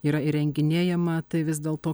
yra įrenginėjama tai vis dėl to